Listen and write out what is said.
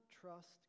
trust